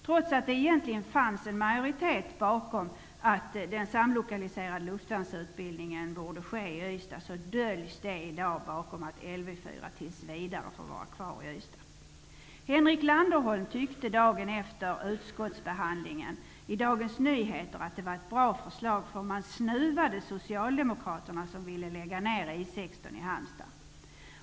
Trots att det egentligen fanns en majoritet bakom att den samlokaliserade luftvärnsutbildningen borde ske i Ystad döljs detta bakom att Lv 4 tills vidare får vara kvar i Ystad. Henrik Landerholm tyckte dagen efter utskottsbehandlingen i DN att det var ett bra förslag för man snuvade Socialdemokraterna, som ville lägga ner I 16 i Halmstad.